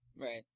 Right